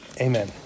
Amen